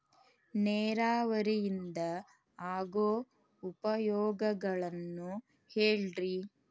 ನೇರಾವರಿಯಿಂದ ಆಗೋ ಉಪಯೋಗಗಳನ್ನು ಹೇಳ್ರಿ